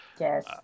Yes